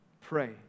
pray